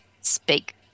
speak